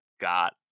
got